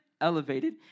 elevated